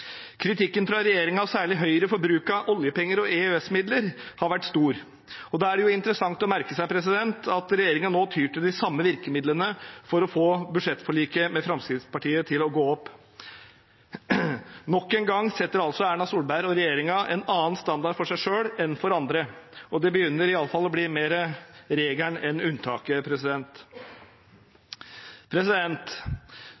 særlig Høyre for bruk av oljepenger og EØS-midler har vært stor, og da er det jo interessant å merke seg at regjeringen nå tyr til de samme virkemidlene for å få budsjettforliket med Fremskrittspartiet til å gå opp. Nok en gang setter altså Erna Solberg og regjeringen en annen standard for seg selv enn for andre, og det begynner iallfall å bli mer regelen enn unntaket.